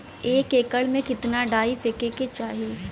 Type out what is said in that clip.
एक एकड़ में कितना डाई फेके के चाही?